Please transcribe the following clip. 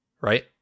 right